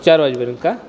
चार वाजेपर्यंत का